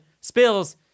spills